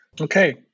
Okay